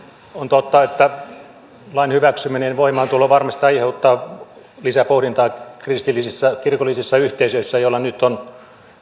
on totta että lain hyväksyminen ja voimaantulo varmasti aiheuttavat lisäpohdintaa kristillisissä kirkollisissa yhteisöissä ja